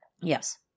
Yes